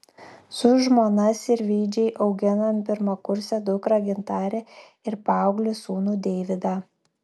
su žmona sirvydžiai augina pirmakursę dukrą gintarę ir paauglį sūnų deividą